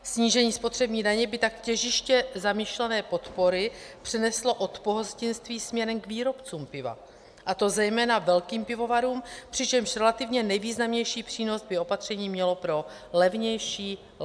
Snížení spotřební daně by tak těžiště zamýšlené podpory přeneslo od pohostinství směrem k výrobcům piva, a to zejména velkým pivovarům, přičemž relativně nejvýznamnější přínos by opatření mělo pro levnější lahvové pivo.